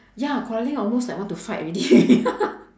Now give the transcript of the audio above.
ya quarrelling almost like want to fight already